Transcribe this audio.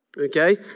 Okay